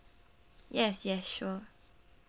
yes yes sure